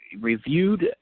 reviewed